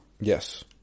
Yes